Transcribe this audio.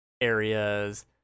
areas